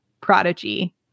Prodigy